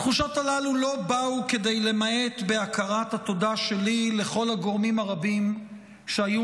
התחושות הללו לא באו כדי למעט בהכרת התודה שלי לכל הגורמים הרבים שהיו